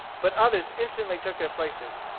but others instantly took their places.